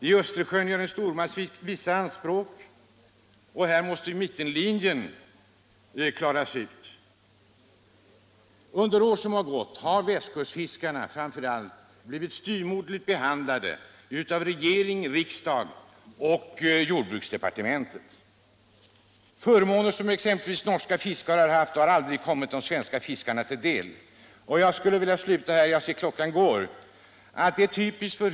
I Östersjön har en stormakt vissa anspråk, där måste mittenlinjen bli resultatet av förhandlingarna. Under år som gått har framför allt västkustfiskarna blivit styvmoderligt behandlade av regeringen, riksdagen och jordbruksdepartementet. Förmåner som exempelvis norska fiskare har haft har aldrig kommit de svenska fiskarna till del. nog av att förstå sig på hav och fiske, han har ju vågor i håret.” Om ekonomisk gottgörelse åt Herr ÅBERG : svenska fiskare med Herr talman! Jag hade inte tänkt att komma igen, men jag vill ställa — anledning av en fråga.